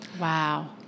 Wow